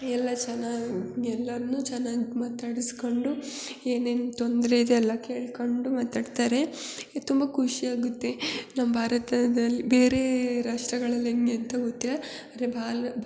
ಎಲ್ಲ ಚೆನ್ನಾಗಿ ಎಲ್ಲರನ್ನೂ ಚೆನ್ನಾಗಿ ಮಾತಾಡಿಸಿಕೊಂಡು ಏನೇನು ತೊಂದರೆ ಇದೆ ಎಲ್ಲ ಕೇಳಿಕೊಂಡು ಮಾತಾಡ್ತಾರೆ ತುಂಬ ಖುಷಿಯಾಗುತ್ತೆ ನಮ್ಮ ಭಾರತದಲ್ಲಿ ಬೇರೆ ರಾಷ್ಟ್ರಗಳಲ್ಲಿ ಹೆಂಗೆ ಅಂತ ಗೊತ್ತಿಲ್ಲ ಆದರೆ ಬಾಲ್